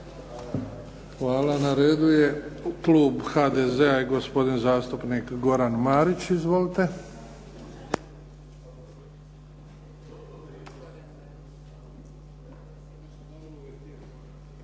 (HDZ)** Hvala. Na redu je klub HDZ-a i gospodin zastupnik Goran Marić. Izvolite.